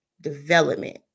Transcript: development